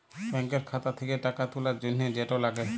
ব্যাংকের খাতা থ্যাকে টাকা তুলার জ্যনহে যেট লাগে